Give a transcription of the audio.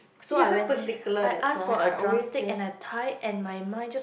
so I went there I asked for a drumstick and thigh and my mind just